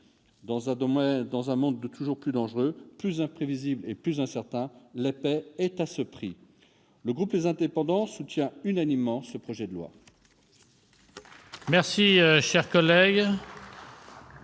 Dans un monde toujours plus dangereux, imprévisible et incertain, la paix est à ce prix. Le groupe Les Indépendants soutient unanimement ce projet de loi.